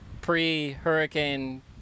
pre-hurricane